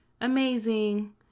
amazing